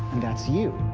and that's you.